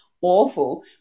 Awful